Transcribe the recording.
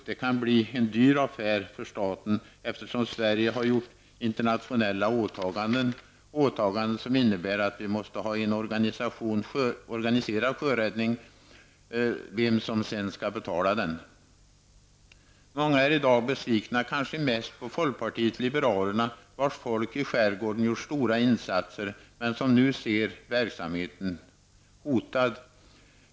Det kan bli en dyr affär för staten, eftersom Sverige har gjort internationella åtaganden. Det är åtaganden som innebär att vi måste ha en organiserad sjöräddning, vem som än skall betala den. Många är i dag besvikna, kanske mest på folkpartiet liberalerna, vars folk i skärgården gjort stora insatser, men som nu ser verksamheten hotad.